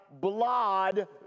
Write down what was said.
blood